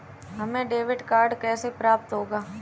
हमें debit card कैसे प्राप्त होगा?